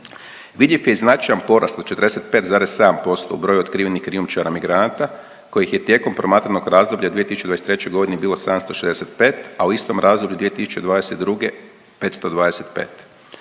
Vidljiv je i značajan porast od 45,7% u broju otkrivenih krijumčara migranata kojih je tijekom promatranog razdoblja 2023. godine bilo 765, a u istom razdoblju 2022. 525.